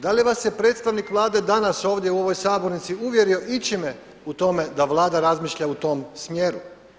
Da li vas je predstavnik Vlade danas ovdje u ovoj sabornici uvjerio ičime u tome da Vlada razmišlja u tom smjeru.